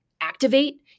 activate